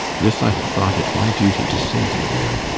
this i have thought it my duty to say to you.